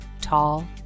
tall